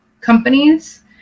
companies